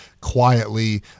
quietly